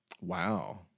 Wow